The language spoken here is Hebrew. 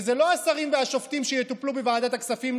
וזה לא השרים והשופטים שיטופלו בוועדת הכספים,